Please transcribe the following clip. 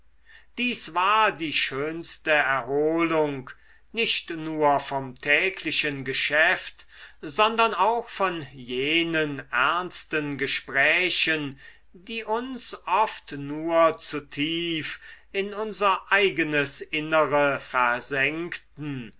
dies war die schönste erholung nicht nur vom täglichen geschäft sondern auch von jenen ernsten gesprächen die uns oft nur zu tief in unser eigenes innere versenkten